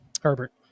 Herbert